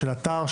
של אתר,